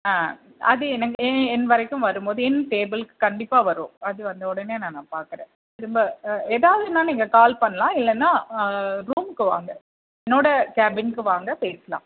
ஆ அது எனக்கு ஏ என் வரைக்கும் வரும்போது என் டேபிள்க்கு கண்டிப்பாக வரும் அது வந்த உடனே நான் நான் பார்க்கறேன் திரும்ப எதாவதுனா நீங்கள் கால் பண்ணலாம் இல்லைன்னா ரூம்க்கு வாங்க என்னோட கேபின்க்கு வாங்க பேசலாம்